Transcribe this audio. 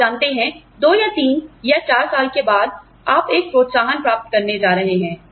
आप जानते हैं दो या तीन या चार साल के बाद आप एक प्रोत्साहन प्राप्त करने जा रहे हैं